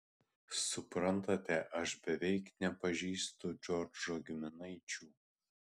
suprantate aš beveik nepažįstu džordžo giminaičių